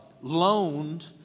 loaned